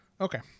Okay